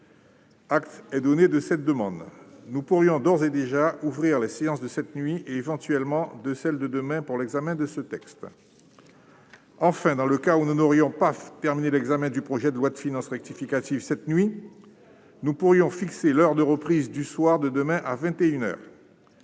Acte est donné de cette demande. Nous pourrions d'ores et déjà ouvrir les séances de cette nuit et, éventuellement, de celle de demain pour l'examen de ce texte. Enfin, dans le cas où nous n'aurions pas terminé l'examen du projet de loi de finances rectificative cette nuit, nous pourrions fixer l'heure de reprise de demain soir